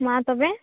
ᱢᱟ ᱛᱚᱵᱮ